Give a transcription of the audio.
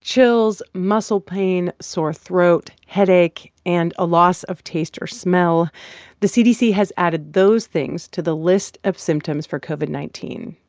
chills, muscle pain, sore throat, headache and a loss of taste or smell the cdc has added those things to the list of symptoms for covid nineteen.